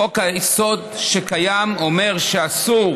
חוק-היסוד שקיים אומר שאסור